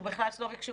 סלוביק,